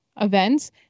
events